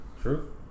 True